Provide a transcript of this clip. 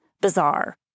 bizarre